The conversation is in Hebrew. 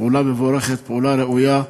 פעולה מבורכת, פעולה ראויה,